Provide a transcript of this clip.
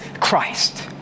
Christ